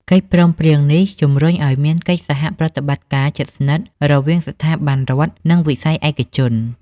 កិច្ចព្រមព្រៀងនេះជំរុញឱ្យមានកិច្ចសហប្រតិបត្តិការជិតស្និទ្ធរវាងស្ថាប័នរដ្ឋ និងវិស័យឯកជន។